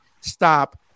stop